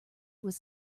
was